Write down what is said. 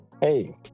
hey